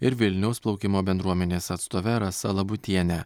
ir vilniaus plaukimo bendruomenės atstove rasa labutiene